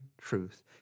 truth